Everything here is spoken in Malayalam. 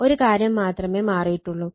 ഒരു കാര്യം മാത്രമേ മാറിയിട്ടൊള്ളു